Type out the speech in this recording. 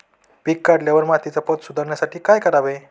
पीक काढल्यावर मातीचा पोत सुधारण्यासाठी काय करावे?